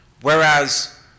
Whereas